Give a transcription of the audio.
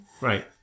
right